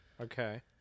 Okay